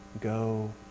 Go